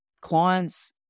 clients